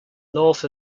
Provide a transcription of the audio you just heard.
north